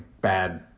bad